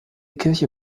kirche